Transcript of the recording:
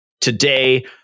today